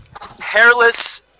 Hairless